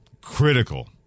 critical